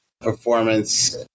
performance